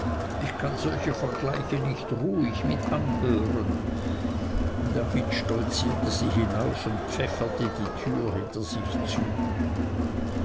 ich kann solche vergleiche nicht ruhig mitanhören damit stolzierte sie hinaus und pfefferte die tür hinter sich zu